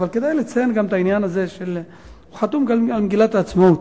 אבל כדאי לציין גם את העניין הזה שהוא חתום גם על מגילת העצמאות.